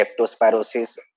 leptospirosis